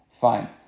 Fine